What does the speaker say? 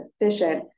efficient